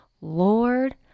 Lord